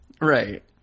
Right